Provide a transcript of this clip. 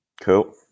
Cool